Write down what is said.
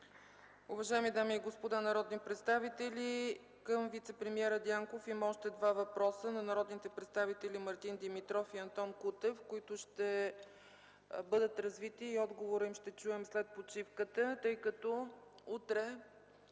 Уважаеми дами и господа народни представители, към вицепремиера Дянков има още два въпроса на народните представители Мартин Димитров и Антон Кутев, които ще бъдат развити и ще чуем отговора им след почивката. Тъй като утре